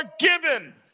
forgiven